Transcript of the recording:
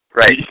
Right